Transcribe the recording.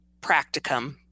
practicum